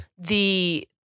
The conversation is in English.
the-